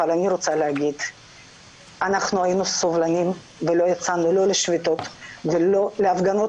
אבל אני רוצה לומר שהיינו סובלניים ולא יצאנו לשביתות או להפגנות,